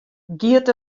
giet